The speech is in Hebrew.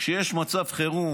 כשיש מצב חירום,